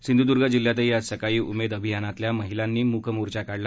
सिंधूद्र्ग जिल्ह्यातही आज सकाळी उमेद अभियानातल्या महिलांनी मूक मोर्चा काढला